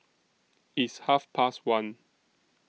its Half Past one